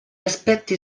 aspetti